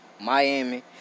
Miami